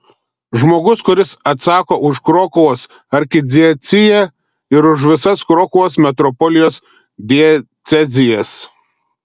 žmogus kuris atsako už krokuvos arkidieceziją ir už visas krokuvos metropolijos diecezijas